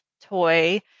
toy